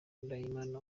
ndahimana